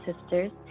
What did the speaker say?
sisters